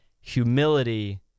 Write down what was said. humility